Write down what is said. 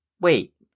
wait